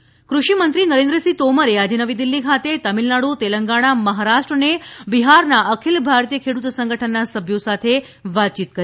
ક઼ષિ મંત્રી તોમર કુષિમંત્રી નરેન્દ્રસિંહ તોમરે આજે નવી દિલ્ફી ખાતે તામિલનાડુ તેલંગાણા મહારાષ્ટ્ર અને બિહારના અખિલ ભારતીય ખેડુત સંગઠનના સભ્યો સાથે વાતયીત કરી